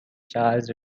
charles